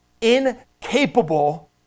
incapable